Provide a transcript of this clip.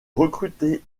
recruté